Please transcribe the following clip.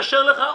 שר העבודה,